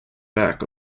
back